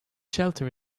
shelter